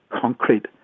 concrete